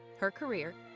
her career,